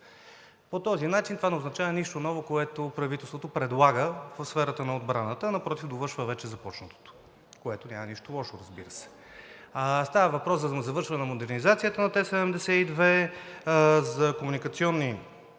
По този начин това не означава нищо ново, което правителството предлага в сферата на отбраната, а напротив, довършва вече започнатото, в което няма нищо лошо, разбира се. Става въпрос за завършване на модернизацията на Т-72, за комуникационни